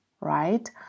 right